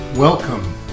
Welcome